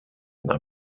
not